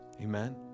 Amen